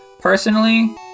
Personally